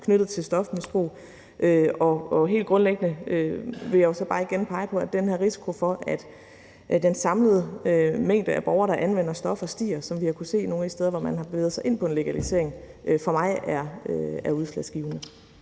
nogle, der faldt. Og helt grundlæggende vil jeg jo så igen pege på, at den her risiko for, at den samlede mængde af borgere, der anvender stoffer, stiger, som vi har kunnet se nogle af de steder, hvor man har bevæget sig ind på en legalisering, for mig er udslagsgivende.